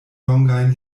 longajn